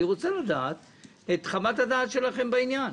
אני רוצה לדעת את חוות הדעת שלכם בעניין.